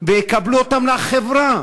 ויקבלו אותם לחברה.